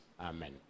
Amen